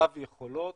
רב יכולות.